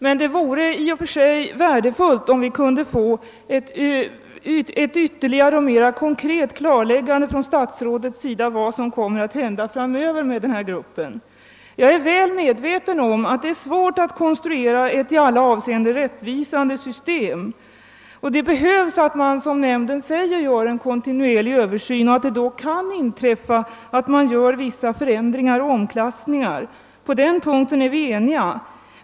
Men det vore i och för sig värdefullt om vi kunde få ett ytterligare och mera konkret klarläggande av statsrådet om vad som kommer att hända framöver med denna Srupp. Jag är väl medveten om att det är svårt att konstruera ett i alla avseenden rättvisande system, och som nämnden säger behövs en kontinuerlig översyn så att eventuellt erforderliga förändringar och omklassningar kan göras. På den punkten är vi eniga.